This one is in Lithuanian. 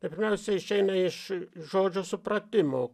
tai pirmiausia išeina iš žodžio supratimo